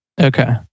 Okay